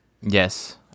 Yes